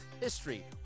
history